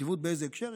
יציבות באיזה הקשר?